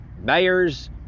mayors